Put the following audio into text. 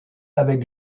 avec